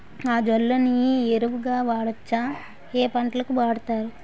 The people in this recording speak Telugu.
అజొల్లా ని ఎరువు గా వాడొచ్చా? ఏ పంటలకు వాడతారు?